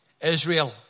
Israel